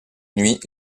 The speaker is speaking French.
nuit